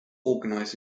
organised